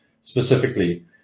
specifically